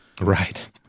Right